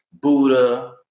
Buddha